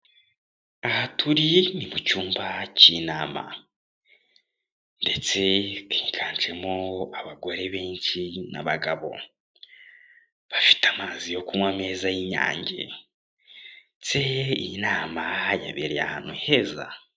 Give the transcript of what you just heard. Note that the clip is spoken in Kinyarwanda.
Aha turi ni mu cyumba cy'inama ndetse higanjemo abagore benshi n'abagabo, bafite amazi yo kunywa meza y'Inyange ndetse iyi nama yabereye ahantu heza.